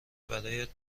برات